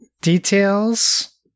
details